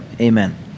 Amen